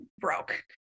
broke